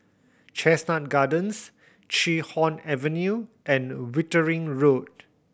Chestnut Gardens Chee Hoon Avenue and Wittering Road